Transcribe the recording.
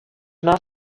not